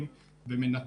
ובשנת